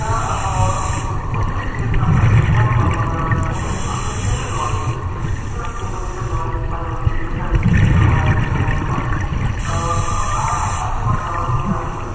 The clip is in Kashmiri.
تہٕ بہٕ چھُس نہٕ تیوٗتاہ پرٛوفِشنَل مطلب کیٚنٛہہ بہٕ چھُس اَتھ مےٚ چھِ لِٹٕل نالیج لیکِن سِٹٕل دِمہٕ بہٕ لِٹٕل نالیج پنٛنٮ۪ن لِٹٕل لٹٕل یِمَن آڈیَنسَس بہٕ وَنہٕ تِمَن اَسہِ کِتھ پٲٹھۍ کرو اِنوٮ۪سٹٕمٮ۪نٛٹ